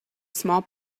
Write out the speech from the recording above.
small